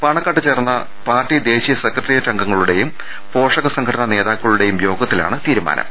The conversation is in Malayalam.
പാണക്കാട്ട് ചേർന്ന പാർട്ടി ദേശീയ സെക്രട്ടേറിയറ്റ് അംഗ ങ്ങളുടേയും പോഷക സംഘടനാ നേതാക്കളുടേയും യോഗത്തിലാണ് തീരുമാനം